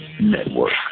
Network